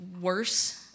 worse